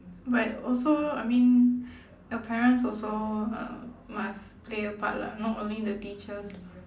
but also I mean your parents also uh must play a part lah not only the teachers lah